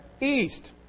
east